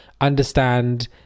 understand